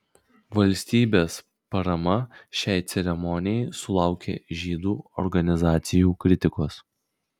valstybės parama šiai ceremonijai sulaukė žydų organizacijų kritikos